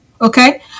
okay